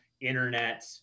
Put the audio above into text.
internet